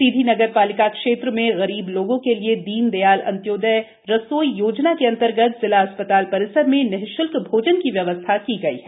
सीधी नगर पालिका क्षेत्र में गरीब लोगों के लिए दीनदयाल अन्त्योदय रसोई योजना के अंतर्गत जिला अस्पताल परिसर में निश्ल्क भोजन की व्यवस्था की गई है